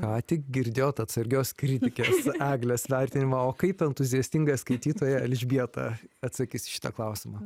ką tik girdėjot atsargios kritikės eglės vertinimą o kaip entuziastinga skaitytoja elžbieta atsakys į šitą klausimą